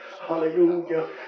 Hallelujah